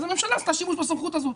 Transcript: אז הממשלה עשתה שימוש בסמכות הזאת.